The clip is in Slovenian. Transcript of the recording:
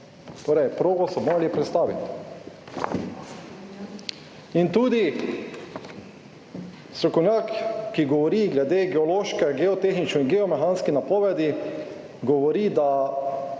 torej progo so mali prestaviti. Tudi strokovnjak, ki govori glede geološke, geotehnično in geomehanske napovedi govori, da